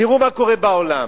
תראו מה קורה בעולם.